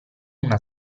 una